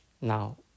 Now